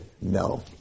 no